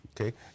Okay